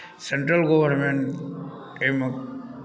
central government एहिमे